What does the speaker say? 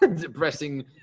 depressing